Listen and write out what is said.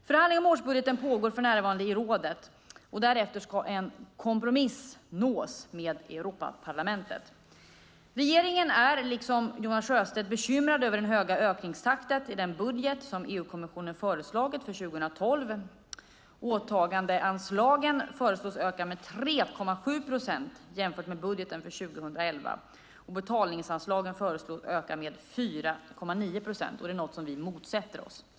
Förhandling om årsbudgeten pågår för närvarande i rådet. Därefter ska en kompromiss nås med Europaparlamentet. Regeringen är, liksom Jonas Sjöstedt, bekymrad över den höga ökningstakten i den budget som EU-kommissionen föreslagit för 2012. Åtagandeanslagen föreslås öka med 3,7 procent jämfört med budgeten för 2011, och betalningsanslagen föreslås öka med 4,9 procent. Det är något som vi starkt motsätter oss.